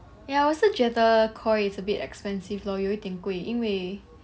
ya 我也是觉得 koi is a bit expensive lor 有一点贵因为